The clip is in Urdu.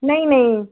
نہیں نہیں